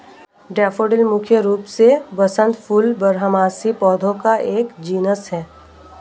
daffodil मुख्य रूप से वसंत फूल बारहमासी पौधों का एक जीनस है